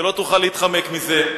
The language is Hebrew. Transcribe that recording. ולא תוכל להתחמק מזה.